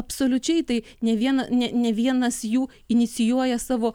absoliučiai tai ne vieną ne ne vienas jų inicijuoja savo